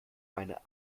meine